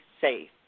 safe